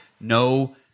no